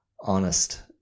honest